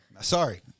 sorry